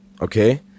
okay